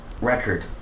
record